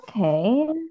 Okay